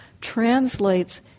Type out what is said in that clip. translates